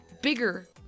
bigger